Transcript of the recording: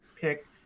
pick